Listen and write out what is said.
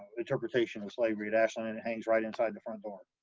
interpretation of slavery at ashland and it hangs right inside the front door.